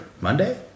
Monday